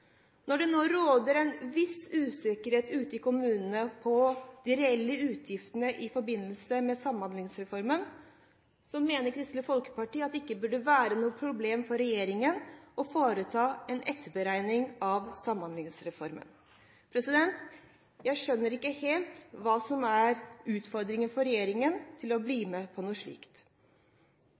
Når det nå råder en viss usikkerhet ute i kommunene om de reelle utgiftene i forbindelse med Samhandlingsreformen, mener Kristelig Folkeparti at det ikke burde være noe problem for regjeringen å foreta en etterberegning av Samhandlingsreformen. Jeg skjønner ikke helt hva som er utfordringen for regjeringen ved å gjøre noe slikt.